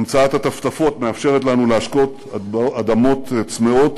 המצאת הטפטפות מאפשרת לנו להשקות אדמות צמאות